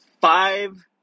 five